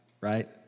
right